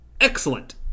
excellent